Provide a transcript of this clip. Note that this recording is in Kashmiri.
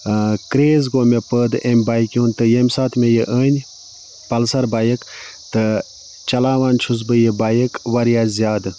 کرٛیز گوٚو مےٚ پٲدٕ أمۍ بایکہِ ہُنٛد تہٕ ییٚمہِ ساتہٕ مےٚ یہِ أنۍ پَلسَر بایِک تہٕ چلاوان چھُس بہٕ یہِ بایِک واریاہ زیادٕ